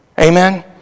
Amen